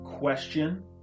Question